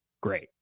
great